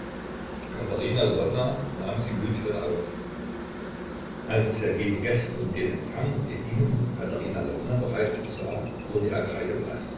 nahm sie huldvoll auf als ssergej die gäste und den empfang den ihnen katerina lwowna bereitete sah wurde er